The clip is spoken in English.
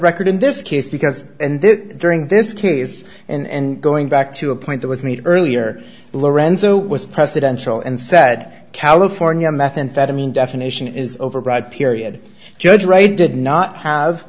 record in this case because and during this case and going back to a point that was made earlier lorenzo was presidential and said california methamphetamine definition is overbroad period judge wright did not have